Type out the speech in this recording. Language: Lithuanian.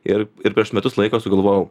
ir ir prieš metus laiko sugalvojau